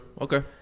Okay